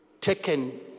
taken